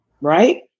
right